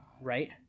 Right